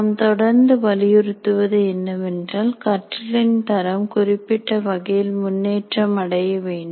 நாம் தொடர்ந்து வலியுறுத்துவது என்னவென்றால் கற்றலின் தரம் குறிப்பிட்ட வகையில் முன்னேற்றம் அடைய வேண்டும்